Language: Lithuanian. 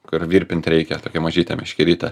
kad virpint reikia tokia mažytė meškerytė